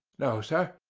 no, sir.